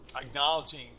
acknowledging